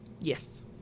Yes